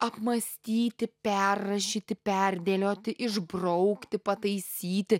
apmąstyti perrašyti perdėlioti išbraukti pataisyti